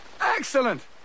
Excellent